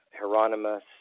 Hieronymus